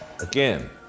Again